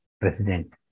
president